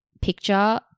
picture